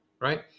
Right